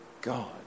God